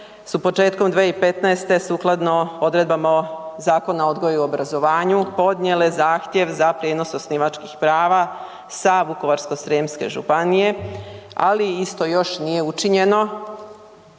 su početkom 2015. sukladno odredbama Zakona odgoja i o obrazovanju podnijele zahtjev za prijenos osnivačkih prava sa Vukovarsko-srijemske županije, ali isto još nije učinjeno